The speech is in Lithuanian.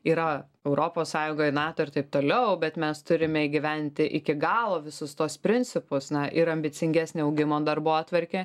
yra europos sąjungoje nato ir taip toliau bet mes turime įgyvendinti iki galo visus tuos principus na ir ambicingesnė augimo darbotvarkė